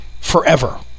forever